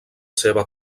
seva